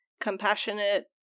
compassionate